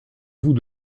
vous